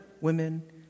women